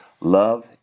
Love